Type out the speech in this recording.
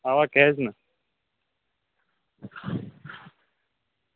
اَوا کیٛازِ نہٕ